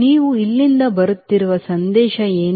ನೀವು ಇಲ್ಲಿಗೆ ಬರುತ್ತಿರುವ ಸಂದೇಶ ಏನು